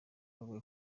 bumwe